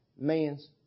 man's